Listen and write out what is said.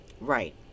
Right